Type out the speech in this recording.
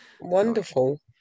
Wonderful